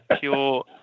pure